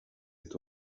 est